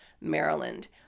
Maryland